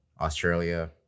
Australia